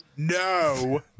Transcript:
No